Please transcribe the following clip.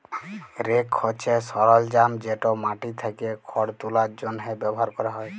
rake হছে সরলজাম যেট মাটি থ্যাকে খড় তুলার জ্যনহে ব্যাভার ক্যরা হ্যয়